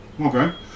okay